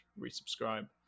resubscribe